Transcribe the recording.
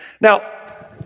Now